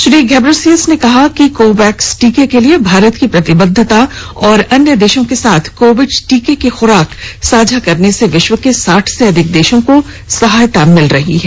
Shri Ghebreyesus ने कहा कि कोवैक्स टीके के लिए भारत की प्रतिबद्धता और अन्य देशों के साथ कोविड टीके की खुराक साझा करने से विश्व के साठ से अधिक देशों को सहायता मिल रही है